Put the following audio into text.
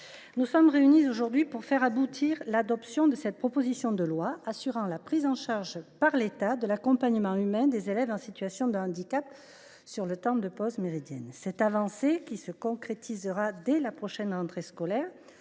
nous sommes réunis pour faire aboutir l’adoption de cette proposition de loi visant à assurer la prise en charge par l’État de l’accompagnement humain des élèves en situation de handicap sur le temps de pause méridienne. Cette avancée, qui se concrétisera dès la prochaine rentrée scolaire,